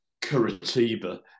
Curitiba